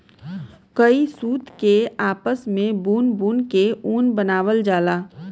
कई सूत के आपस मे बुन बुन के ऊन बनावल जाला